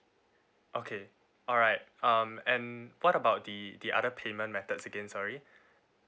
okay alright um and what about the the other payment methods again sorry